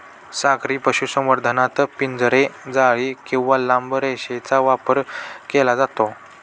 सागरी पशुसंवर्धनात पिंजरे, जाळी किंवा लांब रेषेचा वापर केला जातो